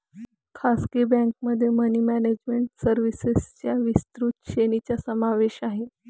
खासगी बँकेमध्ये money management सर्व्हिसेसच्या विस्तृत श्रेणीचा समावेश आहे